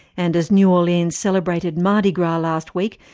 and as new orleans celebrated mardi gras last week,